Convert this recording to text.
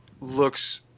looks